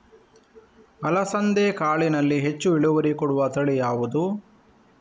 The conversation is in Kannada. ಅಲಸಂದೆ ಕಾಳಿನಲ್ಲಿ ಹೆಚ್ಚು ಇಳುವರಿ ಕೊಡುವ ತಳಿ ಯಾವುದು?